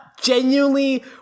genuinely